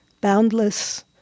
boundless